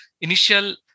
Initial